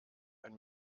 ein